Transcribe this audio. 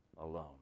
alone